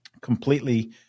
completely